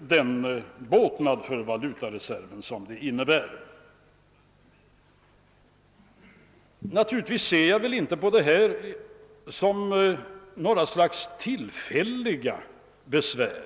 den båtnad för valutareserven som detta innebär. Naturligtvis betraktar jag inte detta som något slags tillfälliga besvär.